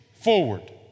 forward